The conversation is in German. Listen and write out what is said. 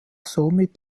somit